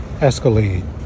Escalade